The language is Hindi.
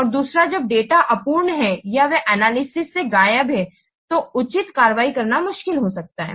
और दूसरा जब डेटा अपूर्ण हैं या वे एनालिसिस से गायब हैं तो उचित कार्रवाई करना मुश्किल हो सकता है